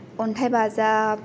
अन्थाइ बाजाब